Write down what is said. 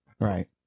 Right